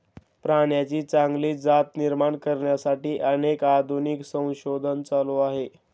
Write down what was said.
प्राण्यांची चांगली जात निर्माण करण्यासाठी अनेक आधुनिक संशोधन चालू आहे